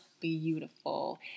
beautiful